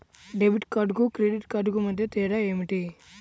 Debit కార్డుకు credit కార్డుకు మధ్య తేడా ఏమిటీ?